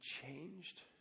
changed